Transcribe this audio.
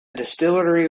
distillery